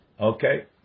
Okay